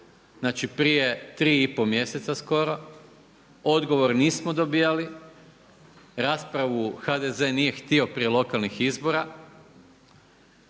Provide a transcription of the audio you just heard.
znači prije tri i pol mjeseca skoro. Odgovor nismo dobijali. Raspravu HDZ nije htio prije lokalnih izbora.